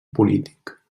polític